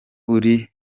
uri